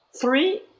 Three